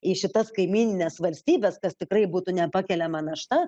į šitas kaimynines valstybes kas tikrai būtų nepakeliama našta